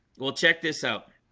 well check this out